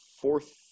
fourth